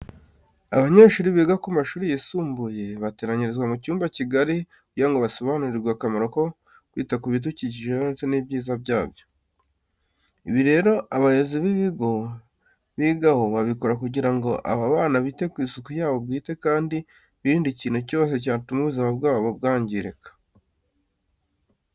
Abanyeshuri biga mu mashuri yisumbuye bateranyirizwa mu cyumba kigari kugira ngo basobanurirwe akamaro ko kwita ku bidukikije ndetse n'ibyiza byabyo. Ibi rero abayobozi b'ibigo bigaho, babikora kugira ngo aba bana bite ku isuku yabo bwite kandi birinde ikintu cyose cyatuma ubuzima bwabo bwangirika.